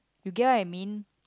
you get what I mean